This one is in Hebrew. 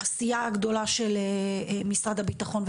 הסיעה הגדולה של משרד הביטחון,